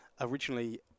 originally